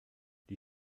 die